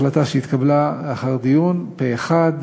החלטה שהתקבלה לאחר דיון פה אחד,